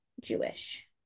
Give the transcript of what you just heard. Jewish